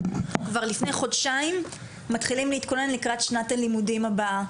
כבר לפני חודשיים מתחילים להתכונן לקראת שנת הלימודים הבאה,